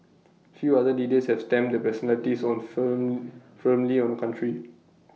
few other leaders have stamped their personalities on firm firmly on A country